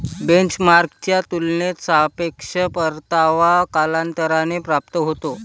बेंचमार्कच्या तुलनेत सापेक्ष परतावा कालांतराने प्राप्त होतो